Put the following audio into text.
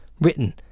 written